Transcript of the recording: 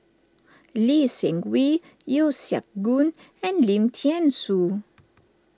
Lee Seng Wee Yeo Siak Goon and Lim thean Soo